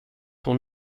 hon